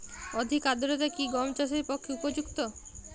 অধিক আর্দ্রতা কি গম চাষের পক্ষে উপযুক্ত?